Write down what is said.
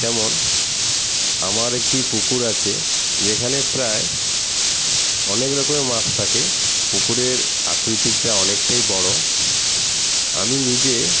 যেমন আমার একটি পুকুর আছে যেখানে প্রায় অনেক রকমের মাছ থাকে পুকুরের আকৃতিটা অনেকটাই বড়ো আমি নিজেই